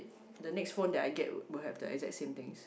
the next phone that I get will have the exact same things